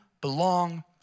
belong